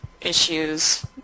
issues